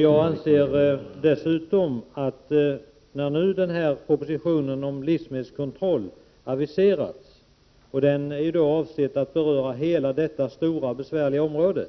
Jag anser dessutom, att när propositionen om livsmedelskontroll nu har aviserats och den avses beröra hela detta stora och besvärliga område,